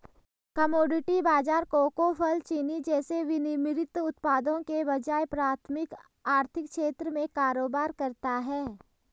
commodity बाजार cocoa, फल, चीनी जैसे विनिर्मित उत्पादों के बजाय प्राथमिक आर्थिक क्षेत्र में कारोबार करता है